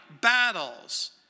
battles